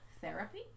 therapy